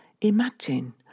Imagine